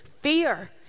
fear